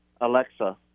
Alexa